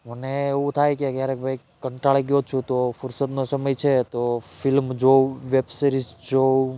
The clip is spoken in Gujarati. મને એવું થાય કે ક્યારેક ભાઈ કંટાળી ગયો છું તો ફુરસતનો સમય છે તો ફિલ્મ જોઉં વેબ સીરિઝ જોઉં